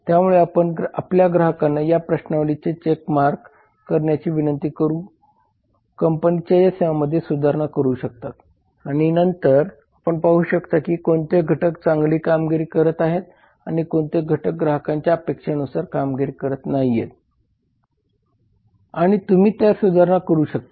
त्यामुळे आपण आपल्या ग्राहकांना या प्रश्नावली चेक मार्क करण्याची विनंती करून कंपनीच्या या सेवामध्ये सुधारणा करू शकता आणि नंतर आपण पाहू शकता की कोणते घटक चांगली कामगिरी करत आहे आणि कोणते घटक ग्राहकांच्या अपेक्षांनुसार कामगिरी करत नाहीये आणि तुम्ही त्यात सुधारणा करू शकतात